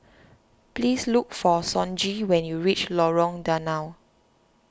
please look for Sonji when you reach Lorong Danau